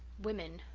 women,